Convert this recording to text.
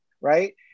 Right